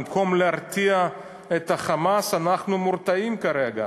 במקום להרתיע את ה"חמאס" אנחנו מורתעים כרגע.